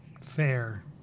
Fair